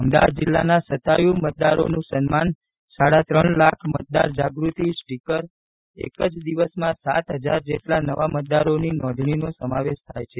અમદાવાદ જિલ્લાના શતાયુ મતદારોનું સન્માન સાડા ત્રણ લાખ મતદાર જાગ્રતિ સ્ટીકર એક જ દિવસમાં સાત હજાર જેટલા નવા મતદારોની નોંધણીનો સમાવેશ થાય છે